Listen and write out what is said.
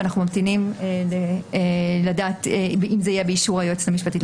אנחנו ממתינים לדעת אם זה יהיה באישור היועצת המשפטית לממשלה.